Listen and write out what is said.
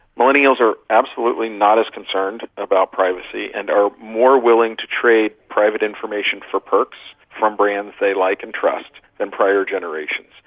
millennials are absolutely not as concerned about privacy and are more willing to trade private information for perks from brands they like and trust than prior generations.